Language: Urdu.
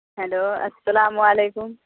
ہیلو السلام علیکم